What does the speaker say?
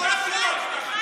לא נכון.